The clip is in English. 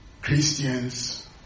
Christians